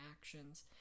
actions